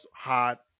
hot